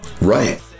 Right